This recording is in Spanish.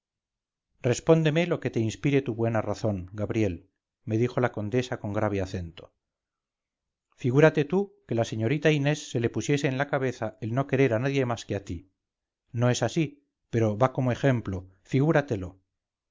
respóndeme lo que te inspire tu buena razón gabriel me dijo la condesa con grave acento figúrate tú que a la señorita inés se le pusiese en la cabeza el no querer a nadiemás que a ti no es así pero va como ejemplo figúratelo ya